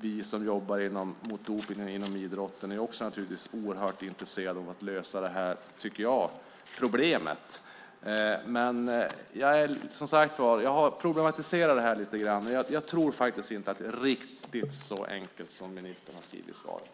Vi som jobbar mot dopningen inom idrotten är också naturligtvis oerhört intresserade av att lösa det här som jag tycker är ett problem. Jag har problematiserat det lite grann. Jag tror faktiskt inte att det är riktigt så enkelt som ministern har skrivit i svaret.